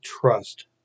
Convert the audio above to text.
trust